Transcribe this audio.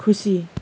खुसी